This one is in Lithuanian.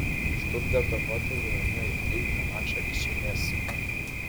štutgarto korte ji laimėjo jau tryliktą mačą iš eilės